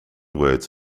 words